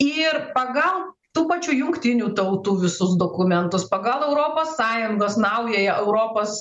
ir pagal tų pačių jungtinių tautų visus dokumentus pagal europos sąjungos naująją europos